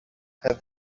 her